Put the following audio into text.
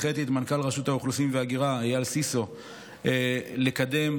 הנחתי את מנכ"ל רשות האוכלוסין וההגירה אייל סיסו לקדם את